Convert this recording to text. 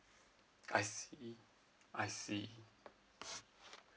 I see I see